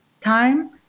time